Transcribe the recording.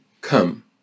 come